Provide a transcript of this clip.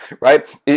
Right